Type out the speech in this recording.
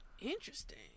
Interesting